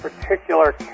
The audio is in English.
particular